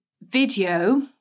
video